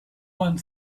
one